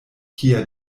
kia